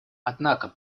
однако